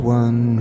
one